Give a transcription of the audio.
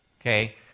Okay